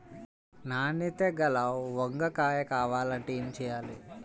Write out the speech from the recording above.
నాణ్యత గల వంగ కాయ కావాలంటే ఏమి చెయ్యాలి?